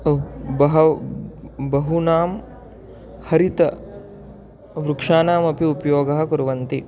बह् बहव् बहूनां हरितवृक्षाणामपि उपयोगं कुर्वन्ति